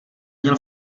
měl